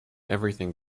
everything